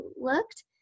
looked